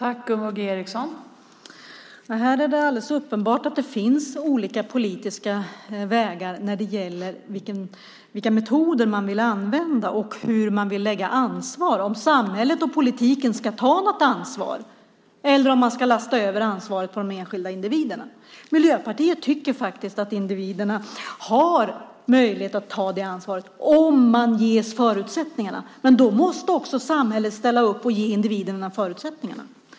Fru talman! Här är det alldeles uppenbart att det finns olika politiska vägar för vilka metoder man vill använda och var man vill lägga ansvaret. Ska samhället och politiken ta något ansvar? Eller ska man lasta över ansvaret på de enskilda individerna? Miljöpartiet tycker att individerna har möjlighet att ta det ansvaret om de ges förutsättningarna. Men då måste också samhället ställa upp och ge individen de förutsättningarna.